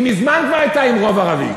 היא מזמן כבר הייתה עם רוב ערבי.